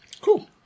Cool